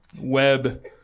web